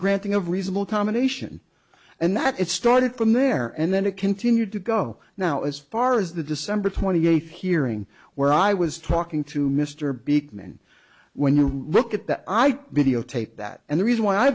granting of reasonable accommodation and that it started from there and then it continued to go now as far as the december twenty eighth hearing where i was talking to mr beekman when you look at that i'd be oh take that and the reason why i